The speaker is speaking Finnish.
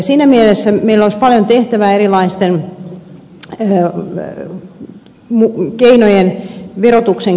siinä mielessä meillä olisi paljon tehtävää erilaisten keinojen verotuksen keinojenkin kautta